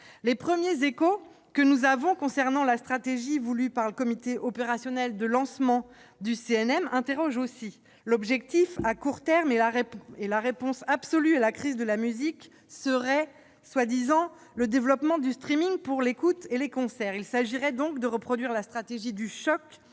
Les premiers échos que nous avons concernant la stratégie voulue par le comité opérationnel de lancement du CNM interrogent aussi. L'objectif à court terme et la réponse absolue à la crise de la musique seraient le développement du pour l'écoute et les concerts. Il s'agirait donc de reproduire la stratégie du choc